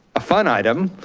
a fun item,